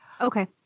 Okay